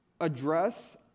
address